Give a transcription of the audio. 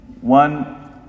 One